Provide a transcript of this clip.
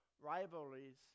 rivalries